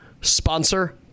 sponsor